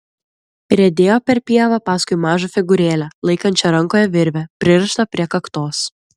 riedėjo per pievą paskui mažą figūrėlę laikančią rankoje virvę pririštą prie kaktos